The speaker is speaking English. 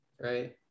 right